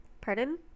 pardon